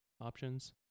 options